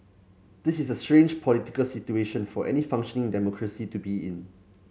this is a strange political situation for any functioning democracy to be in